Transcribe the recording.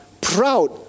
proud